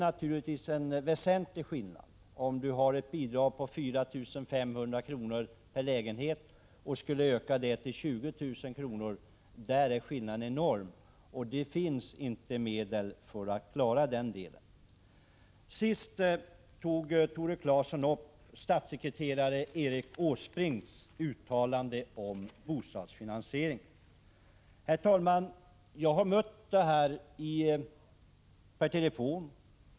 Naturligtvis är det en väsentlig skillnad om bidraget på 4 500 kr. per lägenhet skulle höjas till 20 000 kr. per lägenhet. Det finns inte medel för att klara en sådan höjning. Sist tog Tore Claeson upp statssekreterare Erik Åsbrinks uttalande om bostadsfinansieringen. Herr talman! Jag har hört talas om detta.